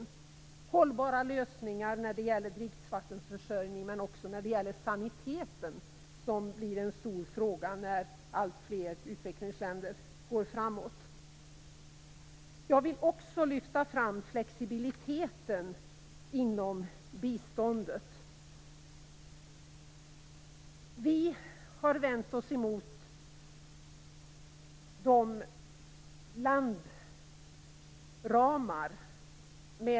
Det är också fråga om hållbara lösningar när det gäller dricksvattenförsörjningen men också saniteten, som blir en stor fråga när alltfler utvecklingsländer går framåt. Jag vill också lyfta fram flexibiliteten inom biståndet.